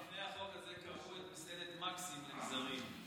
לפני החוק הזה קרעו את מסעדת מקסים לגזרים.